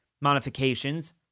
modifications